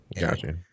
Gotcha